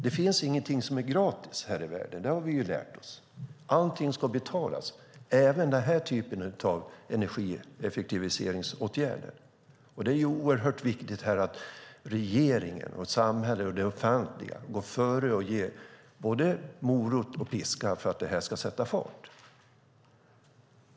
Det finns ingenting som är gratis här i världen; det har vi lärt oss. Allting ska betalas, även denna typ av energieffektiviseringsåtgärder. Det är oerhört viktigt att regeringen, samhället och det offentliga går före och ger både morot och piska för att detta ska sätta fart.